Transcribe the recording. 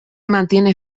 mantiene